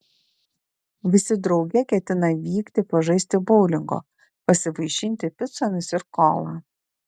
visi drauge ketina vykti pažaisti boulingo pasivaišinti picomis ir kola